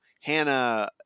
Hannah